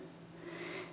sitten